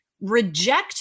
reject